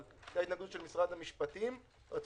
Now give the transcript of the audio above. אבל היתה התנגדות של משרד המשפטים - רצו